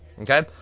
okay